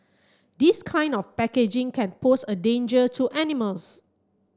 this kind of packaging can pose a danger to animals